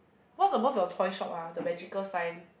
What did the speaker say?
boss boss your toys shop ah the vehicle sign